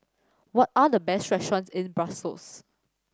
what are the best restaurants in Brussels